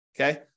Okay